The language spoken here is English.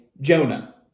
Jonah